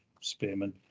spearmen